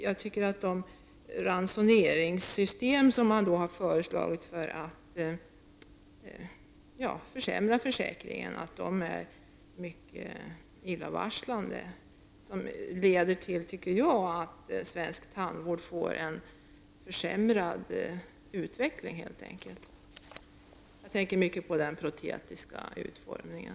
Jag tycker att de ransoneringssystem som man har föreslagit för att försämra försäkringen är mycket illavarslande och leder till att svensk tandvård får en försämrad utveckling. Jag tänker mycket på utformningen av proteser.